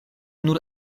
nur